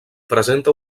presenta